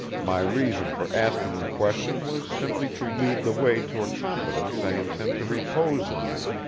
my reason for asking the question was simply to lead the way to a confidence i intend to repose in you.